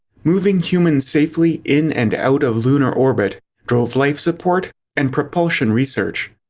moving humans safely in and out of lunar orbit drove life support and propulsion research.